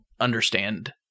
understand